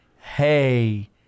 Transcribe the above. hey